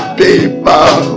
people